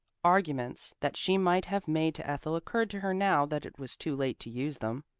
arguments that she might have made to ethel occurred to her now that it was too late to use them,